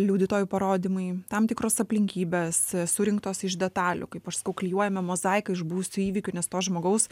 liudytojų parodymai tam tikros aplinkybės surinktos iš detalių kaip aš sakau klijuojame mozaiką iš buvusių įvykių nes to žmogaus